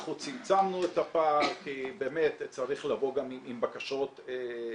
אנחנו צמצמנו את הפער כי באמת צריך לבוא גם עם בקשות ריאליות.